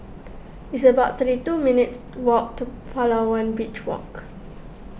it's about thirty two minutes' walk to Palawan Beach Walk